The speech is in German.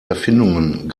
erfindungen